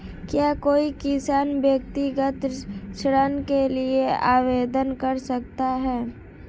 क्या कोई किसान व्यक्तिगत ऋण के लिए आवेदन कर सकता है?